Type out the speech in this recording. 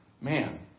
man